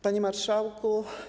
Panie Marszałku!